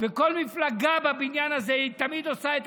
כל מפלגה בבניין הזה תמיד עושה את